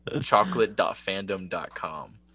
Chocolate.fandom.com